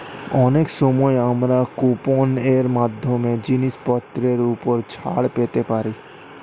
অনেক সময় আমরা কুপন এর মাধ্যমে জিনিসপত্রের উপর ছাড় পেতে পারি